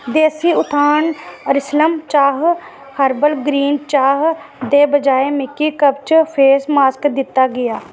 देसी उत्थान रिस्लम चाह् हर्बल ग्रीन चाह् दे बजाए मिगी कवच फेस मास्क दित्ता गेआ